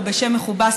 או בשם מכובס,